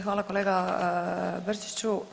Hvala kolega Brčiću.